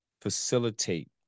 facilitate